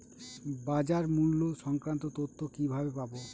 বাজার মূল্য সংক্রান্ত তথ্য কিভাবে পাবো?